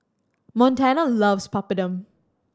Montana loves Papadum